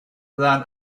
than